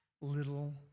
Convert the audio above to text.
little